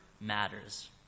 matters